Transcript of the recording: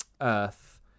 earth